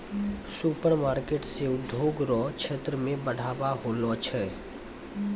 supermarket से उद्योग रो क्षेत्र मे बढ़ाबा होलो छै